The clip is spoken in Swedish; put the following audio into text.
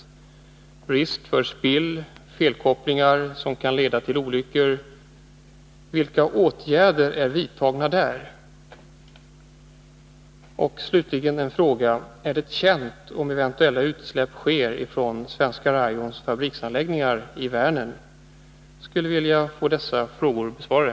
Det finns risk för spill och felkopplingar som kan leda till olyckor. Vilka åtgärder har vidtagits i det avseendet? Slutligen ytterligare en fråga: Är det bekant om utsläpp sker i Vänern från Svenska Rayons fabriksanläggningar? Jag skulle vilja få dessa frågor besvarade.